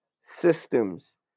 systems